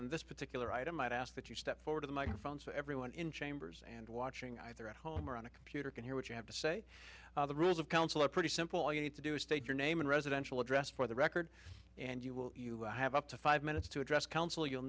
on this particular item i ask that you step forward the microphone so everyone in chambers and watching either at home or on a computer can hear what you have to say the rules of counsel are pretty simple all you need to do is state your name and residential address for the record and you will have up to five minutes to address council you'll